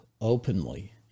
openly